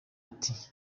ati